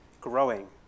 growing